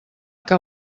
que